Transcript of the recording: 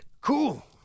Cool